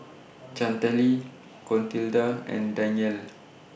Chantelle Clotilda and Danyelle